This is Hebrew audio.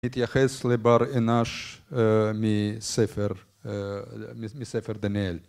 מתייחס לבר אינש מספר, מספר דניאל